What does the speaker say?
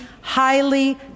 highly